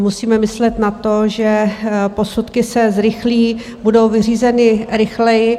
Musíme myslet na to, že posudky se zrychlí, budou vyřízeny rychleji.